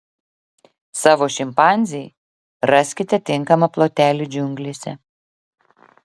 savo šimpanzei raskite tinkamą plotelį džiunglėse